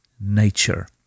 nature